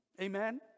Amen